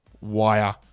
wire